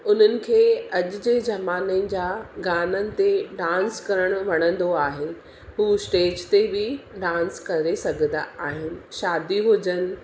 उन्हनि खे अॼु जे ज़माने जा गाननि ते डांस करण वणंदो आहे हूअ स्टेज ते बि डांस करे सघंदा आहिनि शादी हुजनि